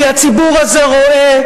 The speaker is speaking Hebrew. כי הציבור הזה רואה,